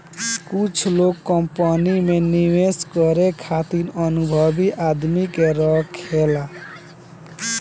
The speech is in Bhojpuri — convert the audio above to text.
कुछ लोग कंपनी में निवेश करे खातिर अनुभवी आदमी के राखेले